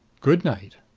good night.